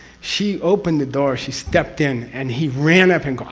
she opened the door, she stepped in, and he ran up and go ahhh